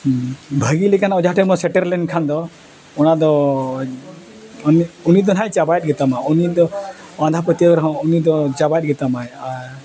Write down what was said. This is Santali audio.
ᱵᱷᱟᱹᱜᱤ ᱞᱮᱠᱟᱱ ᱚᱡᱷᱟᱴᱷᱮᱱ ᱵᱚᱱ ᱥᱮᱴᱮᱨ ᱞᱮᱱᱠᱷᱟᱱ ᱫᱚ ᱚᱱᱟ ᱫᱚ ᱩᱱᱤ ᱫᱚ ᱦᱟᱸᱜ ᱮ ᱪᱟᱵᱟᱭᱮᱫ ᱜᱮᱛᱟᱢᱟ ᱩᱱᱤ ᱫᱚ ᱟᱸᱫᱷᱟ ᱯᱟᱹᱛᱭᱟᱹᱣ ᱨᱮᱦᱚᱸ ᱩᱱᱤ ᱫᱚ ᱪᱟᱵᱟᱭᱮᱫ ᱜᱮᱛᱟᱢᱟᱭ ᱟᱨ